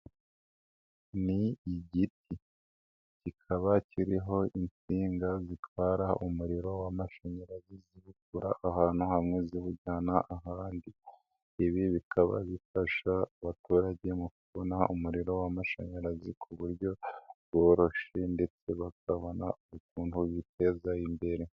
Ni igiti kikaba kiriho insinga zitwara umuriro w'amashanyarazi ziwukura ahantu hamwe ziwujyana ahandi. Ibi bikaba bifasha abaturage mu kubona umuriro w'amashanyarazi ku buryo bworoshye ndetse bakabona ukuntuteza imbere.